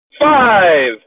Five